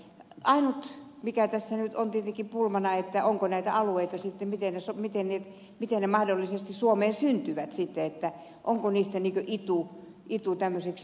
ainut mikä tässä on tietenkin pulmana on se miten nämä alueet sitten mahdollisesti suomeen syntyvät onko niistä itu tämmöiseksi suurkunnaksi